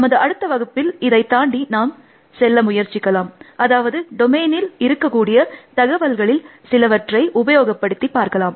நமது அடுத்த வகுப்பில் இதை தாண்டி நாம் செல்ல முயற்சிக்கலாம் அதாவது டொமையினில் இருக்கக்கூடிய தகவல்களில் சிலவற்றை உபயோகப்படுத்தி பார்க்கலாம்